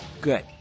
Good